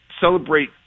celebrate